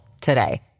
today